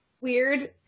weird